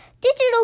Digital